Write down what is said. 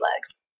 legs